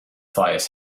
fires